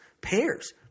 pears